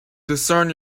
discern